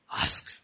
Ask